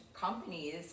companies